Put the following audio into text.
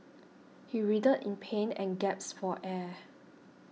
he writhed in pain and gasped for air